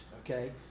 Okay